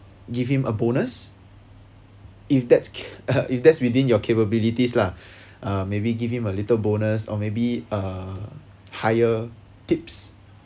give him a bonus if that's if that's within your capabilities lah uh maybe give him a little bonus or maybe a higher tips